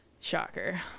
Shocker